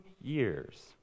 years